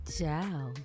Ciao